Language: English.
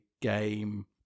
game